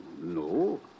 no